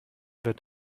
wird